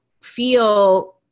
feel